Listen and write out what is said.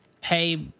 pay